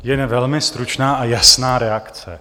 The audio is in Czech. Jen velmi stručná a jasná reakce.